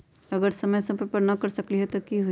अगर समय समय पर न कर सकील त कि हुई?